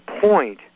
point